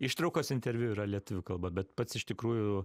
ištraukos interviu yra lietuvių kalba bet pats iš tikrųjų